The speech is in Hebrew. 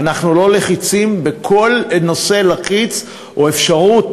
אנחנו לא לחיצים בכל נושא לחיץ או אפשרות